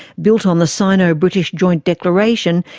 built on the sino-british joint declaration,